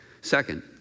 Second